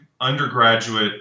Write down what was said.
undergraduate